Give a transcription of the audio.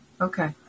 Okay